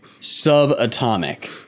Subatomic